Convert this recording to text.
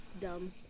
dumb